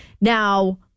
Now